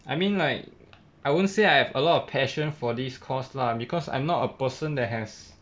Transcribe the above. I mean like I won't say I have a lot of passion for this course lah because I'm not a person that has